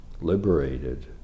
liberated